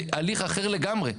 זה הליך אחר לגמרי.